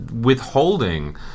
withholding